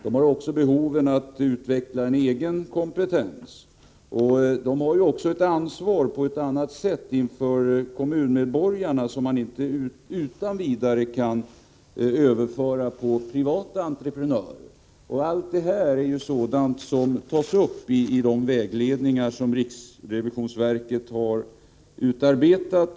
De har också behov av att utveckla en egen kompetens, och de har ansvar på ett annat sätt inför kommunmedborgarna som inte utan vidare kan överföras på privata entreprenörer. Alla sådana här frågor tas upp i den vägledning som riksrevisionsverket har utarbetat.